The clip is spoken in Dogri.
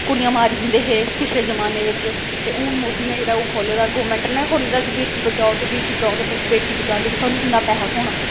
कुड़ियां मारी जंदे हे पिछले जमाने बिच् ते हूनोदियां जेह्ड़ा ओह् खोह्ले दा गौरमेंट न ने गै खोह्ले दा कि बेटी बचाओ ते बटी बाओ तुस बेट बचाे ते थुहू इन्ना पैसा्होना